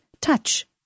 Touch